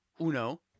Uno